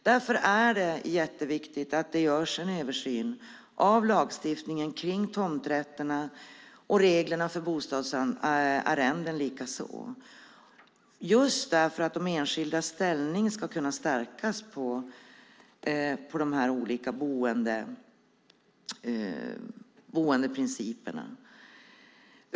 Därför är det mycket viktigt att det görs en översyn av lagstiftningen kring tomträtterna liksom av reglerna för bostadsarrenden, detta för att de enskildas ställning ska kunna stärkas i de olika boendeprinciperna.